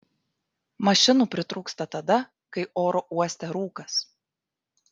mašinų pritrūksta tada kai oro uoste rūkas